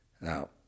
Now